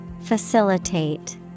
Facilitate